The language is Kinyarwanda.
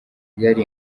yari